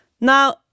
Now